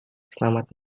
selamat